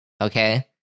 okay